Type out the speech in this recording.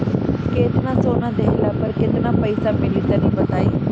केतना सोना देहला पर केतना पईसा मिली तनि बताई?